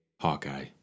Hawkeye